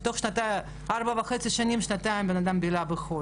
שמתוך ארבע וחצי שנים שנתיים בן אדם בילה בחו"ל,